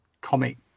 comic